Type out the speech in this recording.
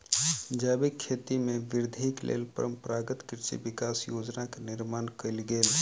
जैविक खेती में वृद्धिक लेल परंपरागत कृषि विकास योजना के निर्माण कयल गेल